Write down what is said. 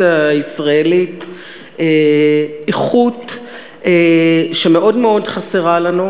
הישראלית איכות שמאוד מאוד חסרה לנו.